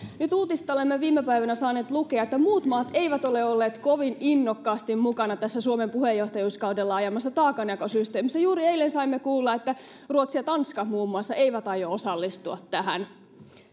nyt uutisista olemme viime päivinä saaneet lukea että muut maat eivät ole olleet kovin innokkaasti mukana tässä suomen puheenjohtajuuskaudella ajamassa taakanjakosysteemissä juuri eilen saimme kuulla että ruotsi ja tanska muun muassa eivät aio osallistua tähän